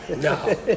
No